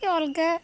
କି ଅଲଗା